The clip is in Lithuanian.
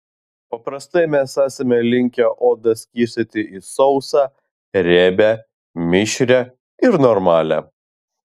paprastai mes esame linkę odą skirstyti į sausą riebią mišrią ir normalią